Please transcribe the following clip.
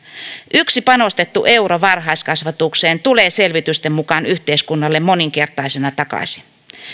yksi panostettu euro varhaiskasvatukseen tulee selvitysten mukaan yhteiskunnalle moninkertaisena takaisin